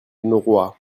noroît